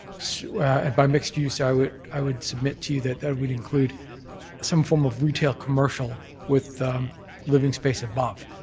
so and by mixed use i would i would submit to you that that would include some form of retail commercial with living space above.